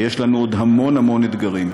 ויש לנו עוד המון המון אתגרים.